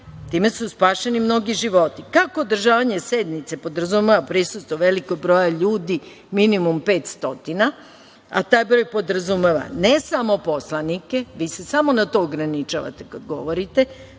Time su spašeni mnogi životi."Kako održavanje sednice podrazumeva prisustvo velikog broja ljudi, minimum 500, a taj broj podrazumeva ne samo poslanike, vi se samo na to ograničavate kad govorite,